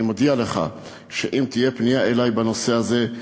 אני מודיע לך שאם תהיה פנייה אלי בנושא הזה,